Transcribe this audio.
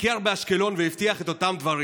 באשקלון והבטיח את אותם דברים.